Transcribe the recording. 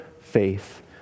faith